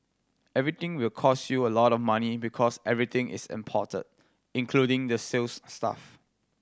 everything will cost you a lot of money because everything is imported including the sales staff